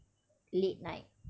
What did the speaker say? late night